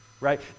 right